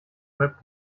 łeb